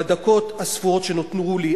בדקות הספורות שנותרו לי,